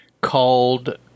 Called